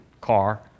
car